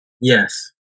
Yes